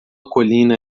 colina